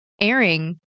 airing